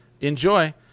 enjoy